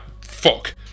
fuck